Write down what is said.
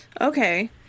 Okay